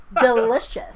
delicious